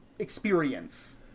Experience